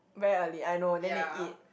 very early I know then they eat